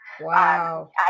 wow